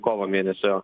kovo mėnesio